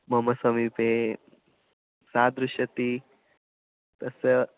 मम समीपे तादृशतः तस्य